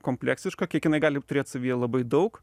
kompleksiška kiek jinai gali turėt savyje labai daug